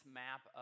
map